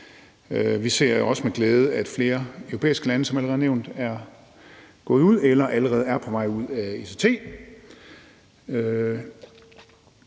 Vi ser også med glæde, at flere europæiske lande – som allerede nævnt – allerede er gået ud af ECT,